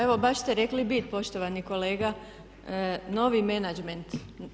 Evo baš ste rekli bit poštovani kolega novi menadžment.